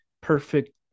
perfect